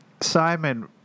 Simon